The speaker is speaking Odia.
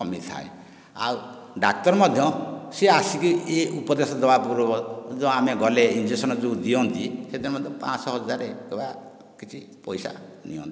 କମିଥାଏ ଆଉ ଡାକ୍ତର ମଧ୍ୟ ସିଏ ଆସିକି ଏ ଉପଦେଶ ଦେବା ପୂର୍ବ ଯେଉଁ ଆମେ ଗଲେ ଏ ଇଞ୍ଜେକ୍ସନ ଯେଉଁ ଦିଅନ୍ତି ସେହିଟା ମଧ୍ୟ ପାଞ୍ଚଶହ ହଜାର ଟଙ୍କା କିଛି ପଇସା ନିଅନ୍ତି